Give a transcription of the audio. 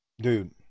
Dude